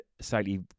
slightly